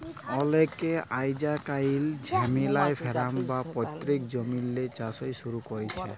অলেকে আইজকাইল family farm বা পৈত্তিক জমিল্লে চাষট শুরু ক্যরছে